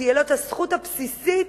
תהיה לו הזכות הבסיסית,